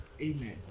Amen